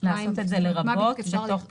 לכתוב "לרבות"